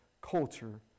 culture